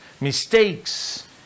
mistakes